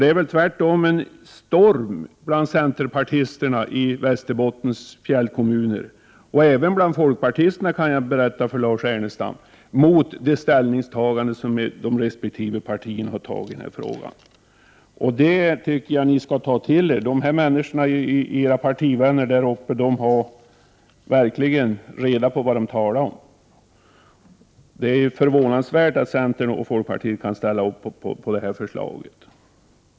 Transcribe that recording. Det är väl tvärtom en storm bland centerpartisterna i Västerbottens fjällkommuner — och även bland folkpartisterna, kan jag berätta för Lars Ernestam — mot det ställningstagande som dessa båda partier gjort i den här frågan. Jag tycker ni skall ta åt er av den kritiken. Era partivänner där uppe har verkligen klart för sig vad de talar om. Det är förvånansvärt att centerpartiet och folkpartiet kan stödja det här förslaget.